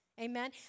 amen